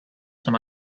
some